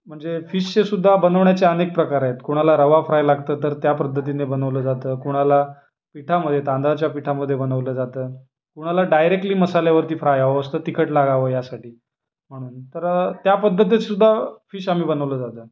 म्हणजे फिशचेसुद्धा बनवण्याचे अनेक प्रकार आहेत कुणाला रवा फ्राय लागतं तर त्या पद्धतीने बनवलं जातं कुणाला पिठामध्ये तांदळाच्या पिठामध्ये बनवलं जातं कुणाला डायरेक्टली मसाल्यावरती फ्राय हवं असतं तिखट लागावं यासाठी म्हणून तर त्या पद्धतीतसुद्धा फिश आम्ही बनवलं जातं